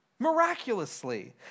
miraculously